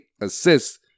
assists